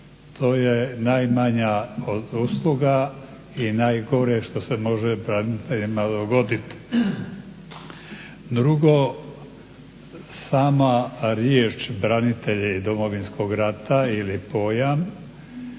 to je najmanja usluga i najgore što se može braniteljima dogoditi. Drugo, sama riječ branitelji Domovinskog rata ili pojam